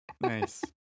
Nice